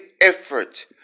effort